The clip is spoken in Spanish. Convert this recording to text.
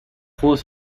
juegos